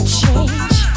change